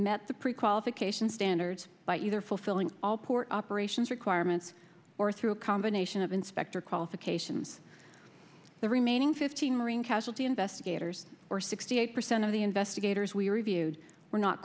met the prequalification standards by either fulfilling all port operations requirements or through a combination of inspector qualifications the remaining fifteen marine casualty investigators or sixty eight percent of the investigators we reviewed were not